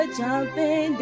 jumping